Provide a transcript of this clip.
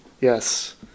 Yes